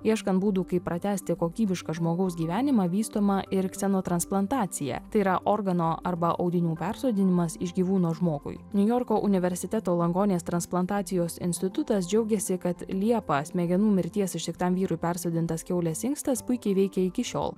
ieškant būdų kaip pratęsti kokybišką žmogaus gyvenimą vystoma ir ksenotransplantacija tai yra organo arba audinių persodinimas iš gyvūno žmogui niujorko universiteto langonės transplantacijos institutas džiaugėsi kad liepą smegenų mirties ištiktam vyrui persodintas kiaulės inkstas puikiai veikia iki šiol